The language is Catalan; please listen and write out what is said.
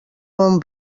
bon